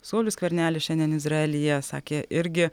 saulius skvernelis šiandien izraelyje sakė irgi